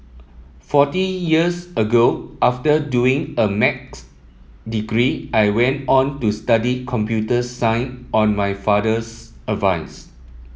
forty years ago after doing a Math's degree I went on to study computer science on my father's advice